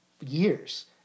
years